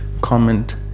comment